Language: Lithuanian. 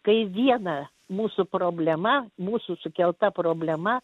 kai viena mūsų problema mūsų sukelta problema